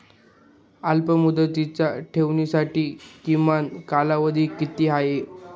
अल्पमुदतीच्या ठेवींसाठी किमान कालावधी किती आहे?